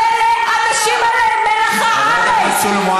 האנשים האלה הם מלח הארץ.